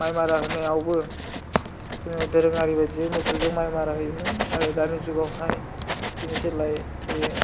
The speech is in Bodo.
माइ मारा होनायावबो जेनेबा दोरोङारि बायदियै मोसौजों माइ मारा होयोमोन आर दानि जुगावहाय बेनि सोलाय बे